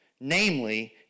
Namely